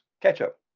ketchup